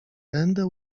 będę